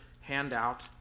handout